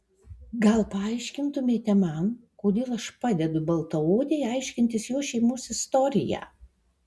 gal paaiškintumėte man kodėl aš padedu baltaodei aiškintis jos šeimos istoriją